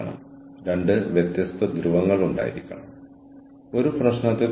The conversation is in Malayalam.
പിന്നെ ഞങ്ങൾ പോയി മറ്റാരുടെയെങ്കിലും വീട്ടിൽ ഫോൺ കോളുകൾ സ്വീകരിക്കും